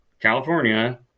California